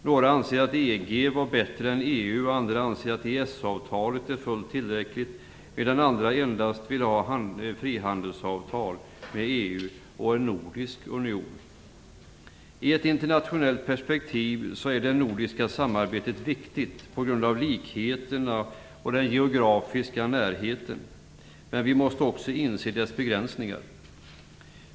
Några anser att EG var bättre än EU, andra anser att EES-avtalet är fullt tillräckligt, medan åter andra endast vill ha frihandelsavtal med EU och en nordisk union. I ett internationellt perspektiv är det nordiska samarbetet, på grund av likheterna länderna emellan och den geografiska närheten, viktigt, men vi måste också inse dess begränsningar.